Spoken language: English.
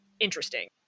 interesting